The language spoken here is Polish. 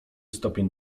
stopień